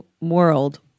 world